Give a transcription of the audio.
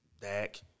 Dak